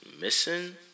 missing